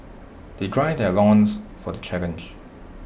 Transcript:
they gird their loins for the challenge